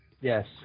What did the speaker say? Yes